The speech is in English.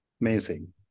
Amazing